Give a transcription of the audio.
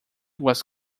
was